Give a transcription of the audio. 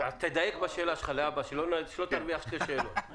להבא תדייק בשאלה שלך כדי שלא תרוויח שתי שאלות.